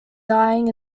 dying